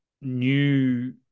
new